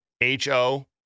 H-O